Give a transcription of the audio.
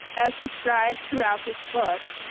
as described throughout this book,